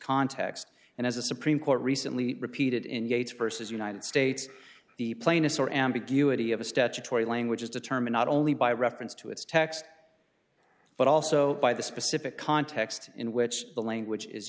context and as a supreme court recently repeated in gates versus united states the plaintiffs or ambiguity of a statutory language is determined not only by reference to its text but also by the specific context in which the language is